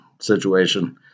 situation